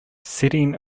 setting